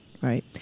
right